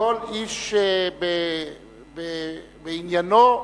כל איש בעניינו יישפט.